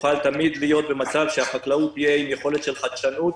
תוכל תמיד להיות במצב שהחקלאות תהיה עם יכולת של חדשנות